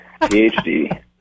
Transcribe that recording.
PhD